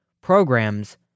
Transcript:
programs